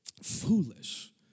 foolish